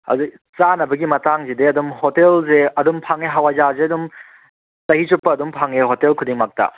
ꯍꯧꯖꯤꯛ ꯆꯥꯅꯕꯒꯤ ꯃꯇꯥꯡꯖꯤꯗꯤ ꯑꯗꯨꯝ ꯍꯣꯇꯦꯜꯖꯦ ꯑꯗꯨꯝ ꯐꯪꯉꯦ ꯍꯋꯥꯏꯖꯥꯔꯖꯦ ꯑꯗꯨꯝ ꯆꯍꯤ ꯆꯨꯞꯄ ꯑꯗꯨꯝ ꯐꯪꯉꯦ ꯍꯣꯇꯦꯜ ꯈꯨꯗꯤꯡꯃꯛꯇ